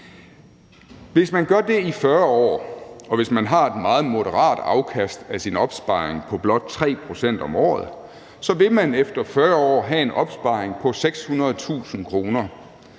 Hvis man gør det i 40 år, og hvis man har et meget moderat afkast af sin opsparing på blot 3 pct. om året, vil man efter 40 år have en opsparing på 600.000 kr.